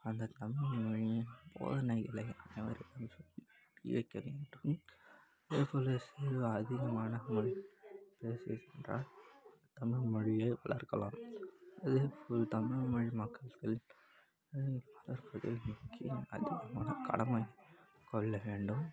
அந்தத் தமிழ்மொழியின் போதனைகளை அனைவருக்கும் சொல்லி புரிய வைக்க வேண்டும் அதேப்போல் சிறு அதிகமான மொழி பேச வைஸ் என்றால் தமிழ்மொழியை வளர்க்கலாம் அதேப்போல் தமிழ்மொழி மக்களுக்கு தமிழ் வளர்ப்பதில் முக்கிய அதிகமான கடமைக் கொள்ள வேண்டும்